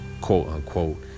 quote-unquote